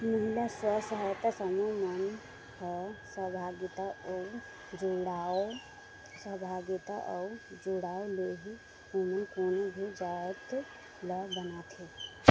महिला स्व सहायता समूह मन ह सहभागिता अउ जुड़ाव ले ही ओमन कोनो भी जाएत ल बनाथे